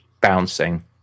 bouncing